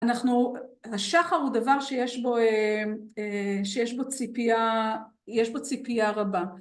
אנחנו, השחר הוא דבר שיש בו, שיש בו ציפייה רבה.